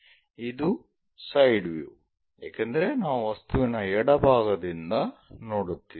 ಇದು side view ಏಕೆಂದರೆ ನಾವು ವಸ್ತುವಿನ ಎಡಭಾಗದಿಂದ ನೋಡುತ್ತಿದ್ದೇವೆ